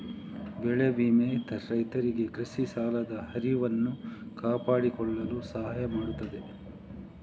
ಬೆಳೆ ವಿಮೆ ರೈತರಿಗೆ ಕೃಷಿ ಸಾಲದ ಹರಿವನ್ನು ಕಾಪಾಡಿಕೊಳ್ಳಲು ಸಹಾಯ ಮಾಡುತ್ತದೆ